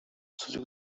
cudzych